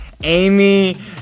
Amy